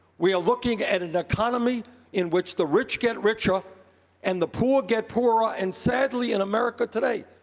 we are looking at an economy in which the rich get richer and the poor get poorer. ah and sadly, in america today,